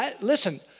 Listen